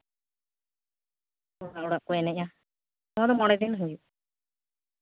ᱚᱲᱟᱜ ᱚᱲᱟᱜ ᱠᱚ ᱮᱱᱮᱡᱼᱟ ᱱᱚᱣᱟ ᱫᱚ ᱢᱚᱬᱮ ᱫᱤᱱ ᱦᱩᱭᱩᱜᱼᱟ